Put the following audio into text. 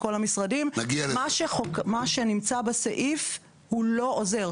עם כל המשרדים מה שנמצא בסעיף לא עוזר.